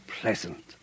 pleasant